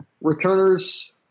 Returners